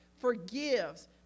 forgives